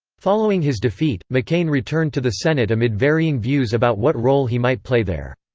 following his defeat, mccain returned to the senate amid varying views about what role he might play there.